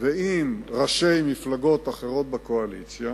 ועם ראשי מפלגות אחרות בקואליציה,